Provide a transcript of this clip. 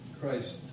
Christ